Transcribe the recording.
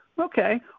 Okay